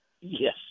Yes